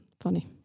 funny